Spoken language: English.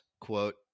quote